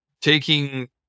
taking